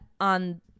on